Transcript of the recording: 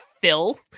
Phil